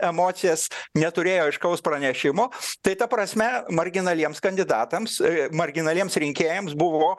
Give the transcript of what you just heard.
emocijas neturėjo aiškaus pranešimo tai ta prasme marginaliems kandidatams marginaliems rinkėjams buvo